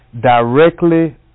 directly